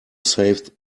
save